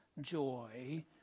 joy